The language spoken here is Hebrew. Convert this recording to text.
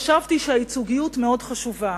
חשבתי שהייצוגיות מאוד חשובה,